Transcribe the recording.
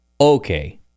Okay